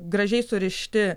gražiai surišti